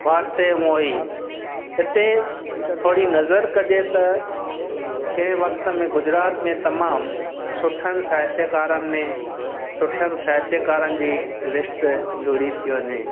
वासदेव मोही इते थोरी नज़र कॼे त कंहिं वक्त में गुजरात में तमामु सुठनि साहित्यकारनि में सुठनि साहित्यकारनि जी लिस्ट जुड़ी थी वञे